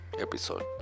episode